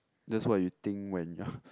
that's what you think when you're